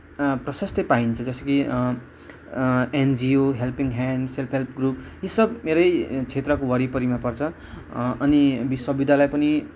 प्रशस्तै पाइन्छ जस्तै कि NGO helping hands self help group यी सब मेरै क्षेत्रको वरिपरिमा पर्छ अनि विश्वविद्यालय पनि